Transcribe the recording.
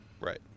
Right